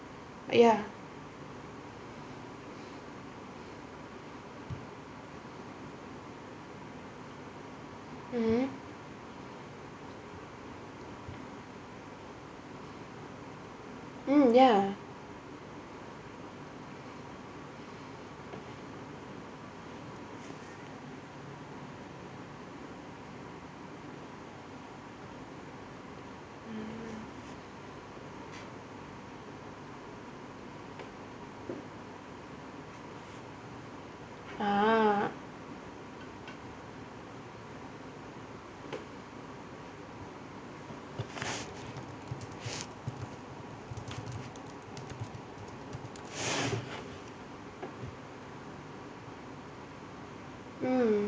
ya mmhmm mm ya ah mm